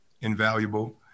Invaluable